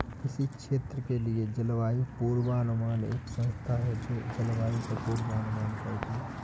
किसी क्षेत्र के लिए जलवायु पूर्वानुमान एक संस्था है जो जलवायु का पूर्वानुमान करती है